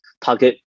target